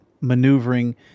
maneuvering